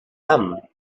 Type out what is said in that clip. âmes